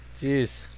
Jeez